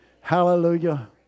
Hallelujah